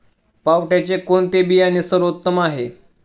पावट्याचे कोणते बियाणे सर्वोत्तम आहे?